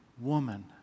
Woman